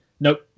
nope